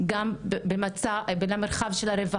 גם למרחב הנפשי, גם במרחב של הרווחה.